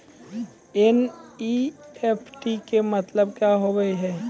NEFT के मतलब का होव हेय?